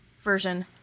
version